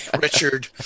richard